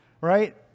Right